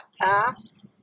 past